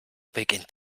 beginnt